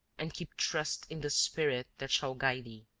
and keep trust in the spirit that shall guide thee